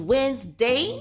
Wednesday